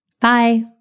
Bye